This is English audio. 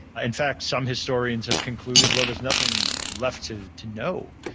ah in fact, some historians have concluded, well, there's nothing left to to know,